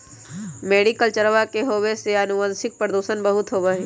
मैरीकल्चरवा के होवे से आनुवंशिक प्रदूषण बहुत होबा हई